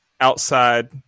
outside